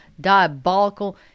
diabolical